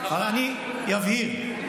אני אבהיר,